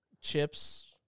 chips